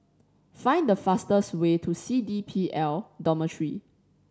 find the fastest way to C D P L Dormitory